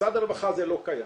במשרד הרווחה זה לא קיים.